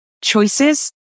choices